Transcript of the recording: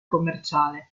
commerciale